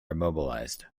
immobilized